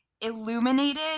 illuminated